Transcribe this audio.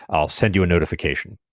i'll send you a notification.